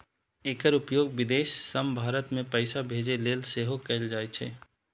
एकर उपयोग विदेश सं भारत मे पैसा भेजै लेल सेहो कैल जाइ छै